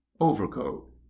overcoat